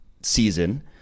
season